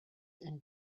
and